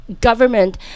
government